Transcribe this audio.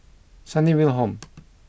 Sunnyville Home